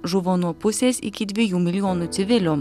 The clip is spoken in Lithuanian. žuvo nuo pusės iki dviejų milijonų civilių